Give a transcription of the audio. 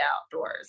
outdoors